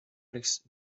rechts